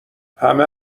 همه